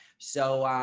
so,